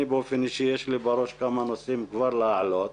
לי, באופן אישי, יש בראש כמה נושאים כבר להעלות.